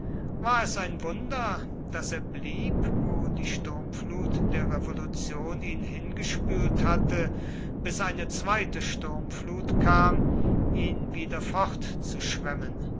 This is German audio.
war es ein wunder daß er blieb wo die sturmflut der revolution ihn hingespült hatte bis eine zweite sturmflut kam ihn wiederfortzuschwemmen